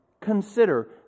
consider